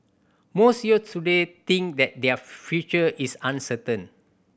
most youths today think that their future is uncertain